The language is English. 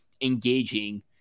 engaging